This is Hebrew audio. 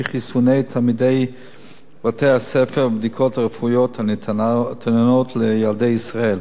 חיסוני תלמידי בתי-הספר והבדיקות הרפואיות הניתנות לילדי ישראל.